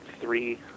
three